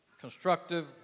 constructive